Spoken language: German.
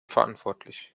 verantwortlich